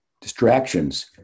distractions